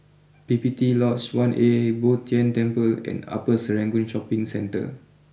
P P T Lodge one A Bo Tien Temple and Upper Serangoon Shopping Centre